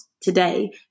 today